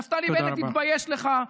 נפתלי בנט, תתבייש לך.